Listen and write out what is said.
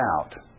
out